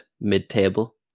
mid-table